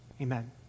amen